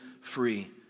free